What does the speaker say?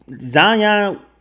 Zion